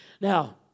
Now